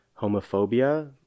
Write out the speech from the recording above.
homophobia